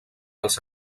als